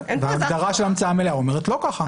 ההגדרה של המצאה מלאה אומרת לא ככה.